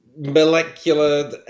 molecular